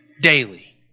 daily